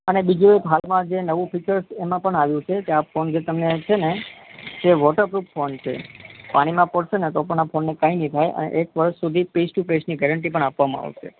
અને બીજું હાલમાં જે નવું ફીચર્સ એમાં પણ આવ્યું છે કે આ ફોન જે તમને છે ને એ વોટર પ્રૂફ ફોન છે પાણીમાં પડશે ને તો પણ આ ફોનને કાંઈ નહીં થાય અને એક વર્ષ સુધી પીસ ટુ પીસની ગેરંટી પણ આપવામાં આવશે